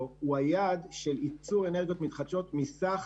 הוא היעד של ייצור אנרגיות מתחדשות מסך